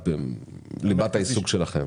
ליבת העיסוק שלכם.